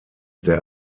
der